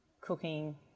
cooking